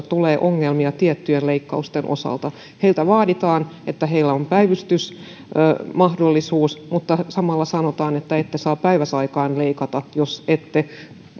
tulee ongelmia tiettyjen leikkausten osalta heiltä vaaditaan että heillä on päivystysmahdollisuus mutta samalla sanotaan että ette saa päiväsaikaan leikata jos ette